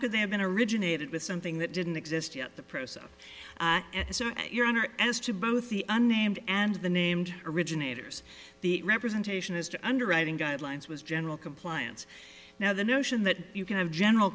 could they have been originated with something that didn't exist yet the process your honor as to both the unnamed and the named originators the representation as to underwriting guidelines was general compliance now the notion that you can have general